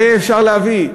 את זה אפשר להביא.